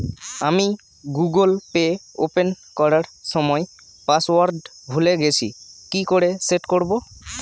আমি Google Pay open করার সময় পাসওয়ার্ড ভুলে গেছি কি করে সেট করব?